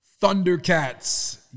Thundercats